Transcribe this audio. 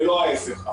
ולא ההפך.